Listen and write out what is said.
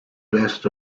best